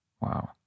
Wow